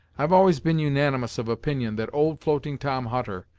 i've always been unanimous of opinion that old floating tom hutter,